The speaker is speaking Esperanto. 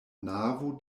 navo